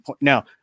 Now